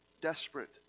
desperate